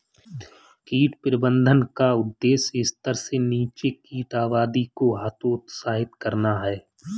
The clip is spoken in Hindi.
कीट प्रबंधन का उद्देश्य स्तर से नीचे कीट आबादी को हतोत्साहित करना है